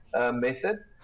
method